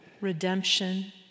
redemption